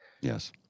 Yes